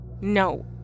No